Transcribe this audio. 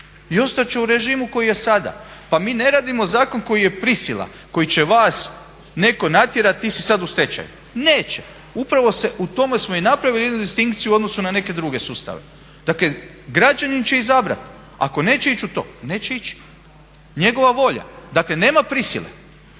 i ostat će u režimu koji je sada. Pa mi ne radimo zakon koji je prisila, koji će vas netko natjerati ti si sad u stečaju. Neće, upravo u tome smo i napravili jednu distinkciju u odnosu na neke druge sustave. Dakle, građanin će izabrati. Ako neće ići u to, neće ići, njegova volja. Dakle, nema prisile.